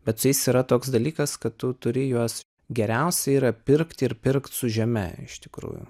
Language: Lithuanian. bet su jais yra toks dalykas kad tu turi juos geriausia yra pirkt ir pirkt su žeme iš tikrųjų